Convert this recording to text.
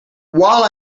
while